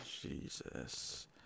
Jesus